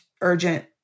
urgent